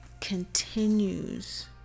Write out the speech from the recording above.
continues